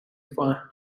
دفاعن